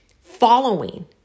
following